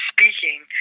speaking